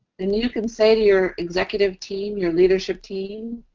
then you can say to your executive team, your leadership team,